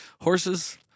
horses